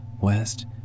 west